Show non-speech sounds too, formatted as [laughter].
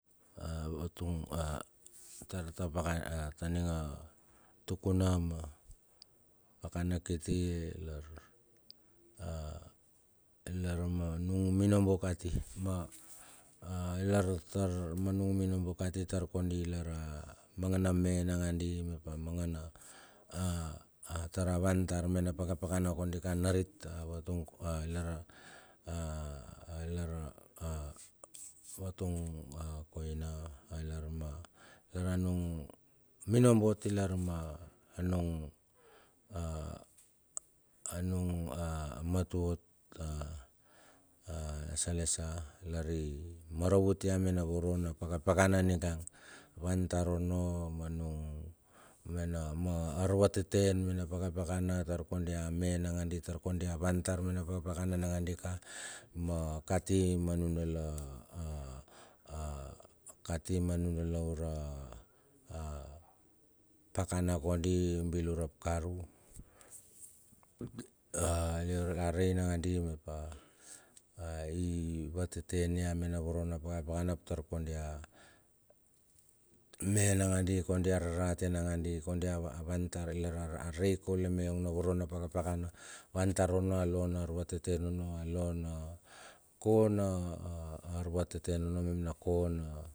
A vatung a tar ta pakana a taning a tukuna ma pakana kiti lar a lar ma nung minobo kati ma a lartar manung minobo kati lartar mangana me mangandi mep a mangana tar a van tar me na pakapakana kodi ka narit a vatung, lar a a lar a a vatung koina ma lar a nung minobo ot a lar ma a anung a anung a matu ot a a salesa lar i maravut ya me na voro na pakapakana, ninga a vantar ono ma nung mena arvateten me na pakapakana tar kondi a me nangadi tar kodi avantar me na pakapakana nagandi ka. Ma kati ma nudala a a a kati ma nudala ura a pakana kodi, bilar ap karu [unintelligible] arei nangandi mep a i vateten ia me na voro na pakapakana ap tar kondi a me nanga di kodi a rarate nangadi kondi a van tar ilar a rei kaule me na voro na pakapakana. Van tar onno a lo na arvateten onno a lo na kona arvateten mep na.